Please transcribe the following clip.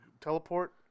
teleport